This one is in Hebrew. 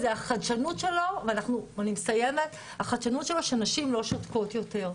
החדשנות של Me Too הוא בזה שנשים לא שותקות יותר,